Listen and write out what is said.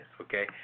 okay